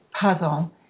puzzle